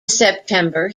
september